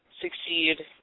succeed